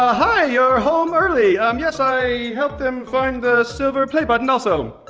ah hi you're home early. um yes i helped them find the silver play button also.